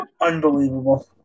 Unbelievable